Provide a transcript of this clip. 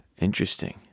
interesting